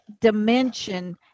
dimension